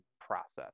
process